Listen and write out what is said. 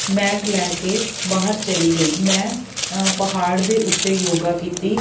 mat ਲੈ ਕੇ ਬਾਹਰ ਚਲੀ ਗਈ ਮੈਂ ਪਹਾੜ ਦੇ ਉੱਤੇ ਯੋਗਾ ਕੀਤੀ